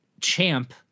Champ